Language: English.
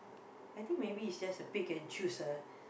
I think maybe it's just a pick and choose ah